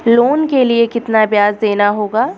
Loan के लिए कितना ब्याज देना होगा?